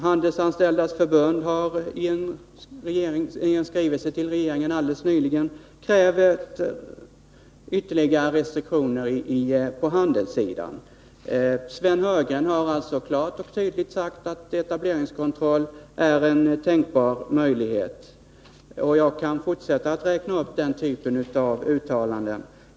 Handelsanställdas förbund har i en skrivelse till regeringen alldeles nyligen krävt ytterligare restriktioner för handeln. Sven Heurgren har klart och tydligt sagt att etableringskontroll är en tänkbar möjlighet. Jag kan fortsätta att räkna upp den typen av uttalanden.